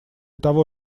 того